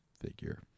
figure